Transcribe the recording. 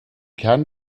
kern